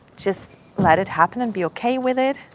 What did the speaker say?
just let it happen and be ok with it,